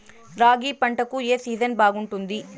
రాగి పంటకు, ఏ సీజన్ బాగుంటుంది?